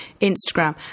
Instagram